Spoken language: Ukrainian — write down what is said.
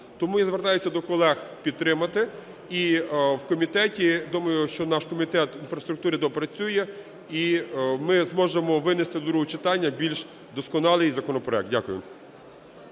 Тому я звертаюся до колег підтримати, і в комітеті, думаю, що наш Комітет інфраструктури доопрацює і ми зможемо винести до другого читання більш досконалий законопроект. Дякую.